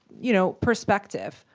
you know, perspective,